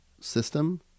system